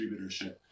distributorship